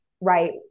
right